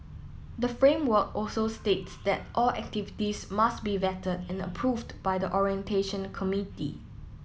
the framework also states that all activities must be vetted and approved by the orientation committee